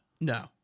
no